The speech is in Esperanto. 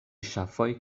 ŝafoj